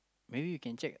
maybe you can check